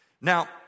Now